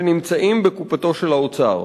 שנמצאים בקופתו של האוצר: